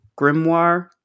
grimoire